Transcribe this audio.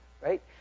right